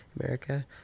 America